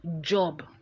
job